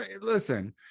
Listen